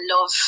love